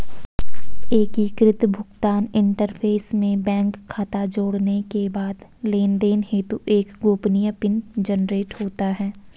एकीकृत भुगतान इंटरफ़ेस में बैंक खाता जोड़ने के बाद लेनदेन हेतु एक गोपनीय पिन जनरेट होता है